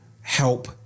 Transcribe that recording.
help